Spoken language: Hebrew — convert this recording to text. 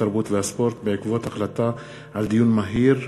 התרבות והספורט בעקבות דיון מהיר בנושא: